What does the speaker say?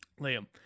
Liam